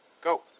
Go